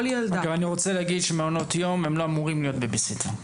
כל ילדה --- אני רוצה להגיד שמעונות יום לא אמורים להיות בייבי-סיטר.